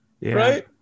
right